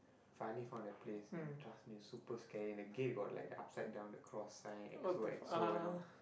finally found a place and trust me super scary the gate got like the upside down the cross sign X_O_X_O you know